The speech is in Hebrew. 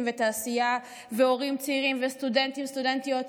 ותעשייה והורים צעירים וסטודנטים וסטודנטיות,